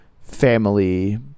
family